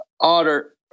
Otter